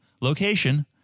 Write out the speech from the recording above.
location